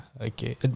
Okay